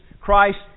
Christ